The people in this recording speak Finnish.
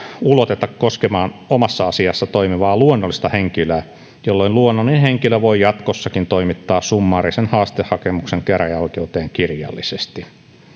uloteta koskemaan omassa asiassaan toimivaa luonnollista henkilöä jolloin luonnollinen henkilö voi jatkossakin toimittaa summaarisen haastehakemuksen käräjäoikeuteen kirjallisesti